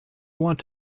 want